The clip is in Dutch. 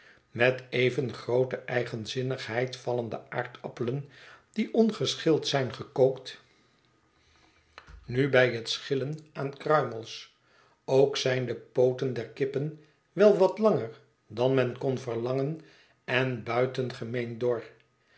met even groote eigenzinnigheid vallen de aardappelen die ongeschild zijn gekookt nu bij het schillen aan kruimels ook zijn de pooten der kippen wel wat langer dan men kon verlangen en buitengemeen dor